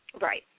Right